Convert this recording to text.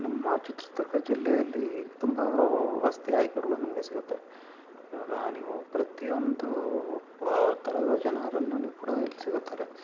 ನಮ್ಮ ಚಿತ್ರದುರ್ಗ ಜಿಲ್ಲೆಯಲ್ಲಿ ತುಂಬ ವಸತಿ ಆಯ್ಕೆಗಳು ನಿಮಗೆ ಸಿಗುತ್ತೆ ಇವಾಗ ನೀವು ಪ್ರತಿಯೊಂದು ವ ಥರದ ಜನರನ್ನು ನೀವು ಕೂಡ ಇಲ್ಲಿ ಸಿಗುತ್ತಾರೆ